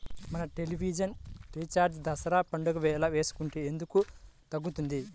మన television recharge Dasara పండగ వేళ వేసుకుంటే ఎందుకు తగ్గుతుంది?